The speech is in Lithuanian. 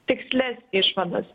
tikslias išvadas